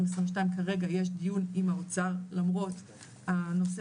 כרגע יש דיון עם האוצר למרות הנושא